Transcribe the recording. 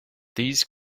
these